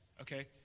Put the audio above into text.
okay